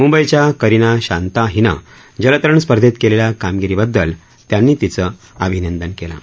मुंबईच्या करिना शांका हिनं जलतरण स्पर्धेत केलेल्या कामगिरीबद्दल त्यांनी तिचं अभिनंदन केलं आहे